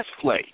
play